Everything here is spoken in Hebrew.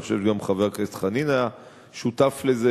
אני חושב שגם חבר הכנסת חנין היה שותף לזה,